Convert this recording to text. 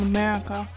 America